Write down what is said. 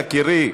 יקירי.